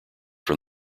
from